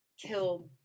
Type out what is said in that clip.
kill